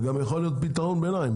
זה גם יכול להיות פתרון ביניים,